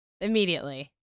Immediately